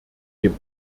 dem